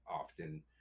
often